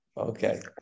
Okay